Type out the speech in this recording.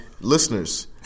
listeners